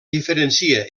diferencia